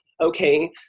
okay